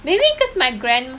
maybe because my grand~